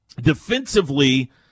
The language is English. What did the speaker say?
Defensively